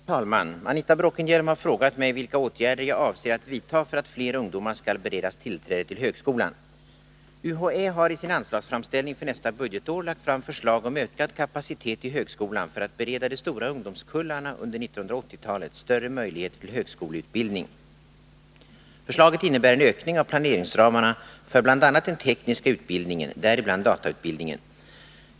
Herr talman! Anita Bråkenhielm har frågat mig vilka åtgärder jag avser att vidtaga för att fler ungdomar skall beredas tillträde till högskolan. Universitetsoch högskoleämbetet har i sin anslagsframställning för nästa budgetår lagt fram förslag om ökad kapacitet i högskolan för att bereda de stora ungdomskullarna under 1980-talet större möjligheter till högskoleutbildning. Förslaget innebör en ökning av planeringsramarna för bl.a. den tekniska utbildningen, däribland datautbildningen.